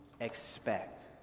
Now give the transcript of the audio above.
expect